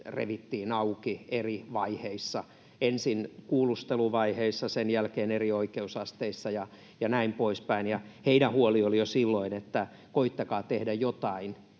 revittiin auki eri vaiheissa: ensin kuulusteluvaiheissa, sen jälkeen eri oikeusasteissa ja näin poispäin. Heillä oli jo silloin siitä huoli ja se viesti,